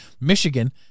Michigan